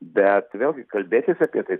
bet vėlgi kalbėtis apie tai